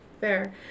Fair